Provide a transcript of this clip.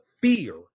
fear